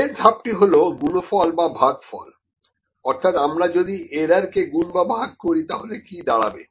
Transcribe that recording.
পরের ধাপ টি হল গুণফল বা ভাগফলj অর্থাৎ আমরা যদি এরার কে গুন বা ভাগ করি তাহলে কী দাঁড়াবে